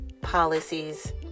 policies